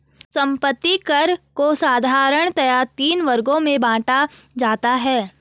संपत्ति कर को साधारणतया तीन वर्गों में बांटा जाता है